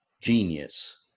genius